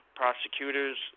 prosecutors